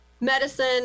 medicine